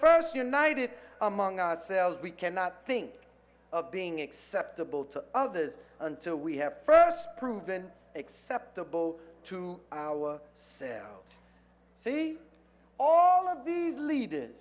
first united among ourselves we cannot think of being acceptable to others until we have first proven acceptable to our selves see all of these leaders